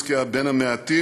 ז'בוטינסקי היה בין המעטים